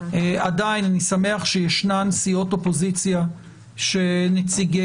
עדיין אני שמח שיש סיעות אופוזיציה שנציגיהן